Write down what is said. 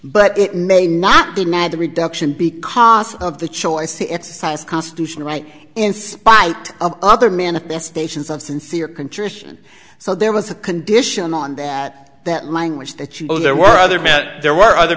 but it may not be mad the reduction because of the choice to exercise constitutional right in spite of other manifestations of sincere contrition so there was a condition on that that language that you know there were other men there were other